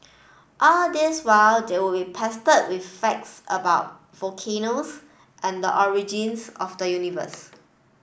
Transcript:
all this while they would be pestered with facts about volcanoes and the origins of the universe